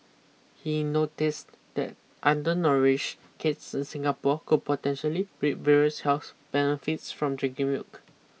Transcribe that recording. he noticed that undernourished kids in Singapore could potentially reap various health benefits from drinking milk